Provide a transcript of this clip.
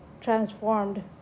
transformed